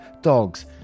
dogs